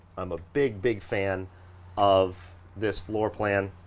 i'm a big, big fan of this floorplan,